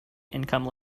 income